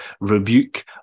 rebuke